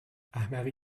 احمقی